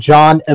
John